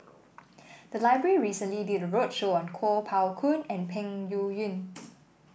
the library recently did roadshow on Kuo Pao Kun and Peng Yuyun